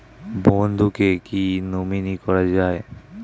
বন্ধুকে কী নমিনি করা যায়?